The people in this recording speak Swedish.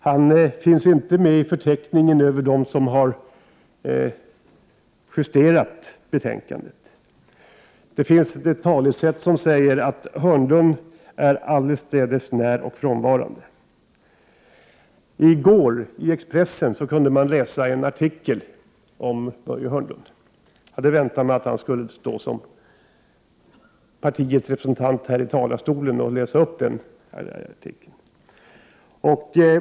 Han finns inte med i förteckningen över dem som har justerat betänkandet. Det finns ett talesätt som säger att Hörnlund är allestädes näroch frånvarande. I går kunde man i Expressen läsa en artikel av Börje Hörnlund. Jag hade väntat mig att han skulle stå här i talarstolen i dag och som partiets representant läsa upp den.